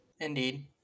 Indeed